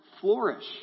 flourish